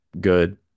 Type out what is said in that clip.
good